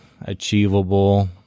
achievable